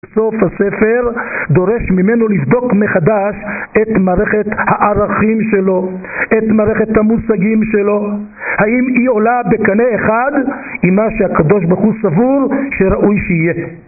בסוף הספר דורש ממנו לבדוק מחדש את מערכת הערכים שלו, את מערכת המושגים שלו האם היא עולה בקנה אחד עם מה שהקדוש ברוך הוא סבור שראוי שיהיה